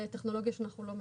טכנולוגיה שאנחנו לא מכירים.